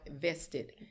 vested